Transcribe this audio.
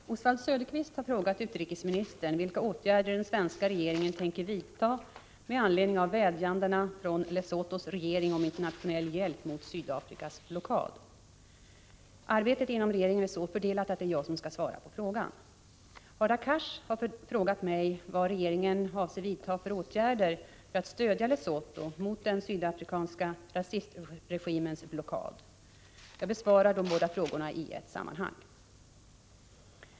CR Sdafrikas ! Oswald Söderqvist har frågat utrikesministern vilka åtgärder blockad av Lesotho Sr eman SS = Sp & a En 2 Z den svenska regeringen tänker vidta med anledning av vädjandena från Lesothos regering om internationell hjälp mot Sydafrikas blockad. Arbetet inom regeringen är så fördelat att det är jag som skall svara på frågan. Hadar Cars har frågat mig vad regeringen avser vidta för åtgärder för att stödja Lesotho mot den sydafrikanska rasistregimens blockad. Jag besvarar båda frågorna i ett sammanhang.